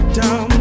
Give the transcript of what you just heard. down